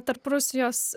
tarp rusijos